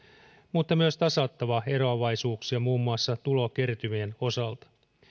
mutta myös tasattava eroavaisuuksia muun muassa tulokertymien osalta